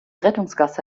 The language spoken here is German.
rettungsgasse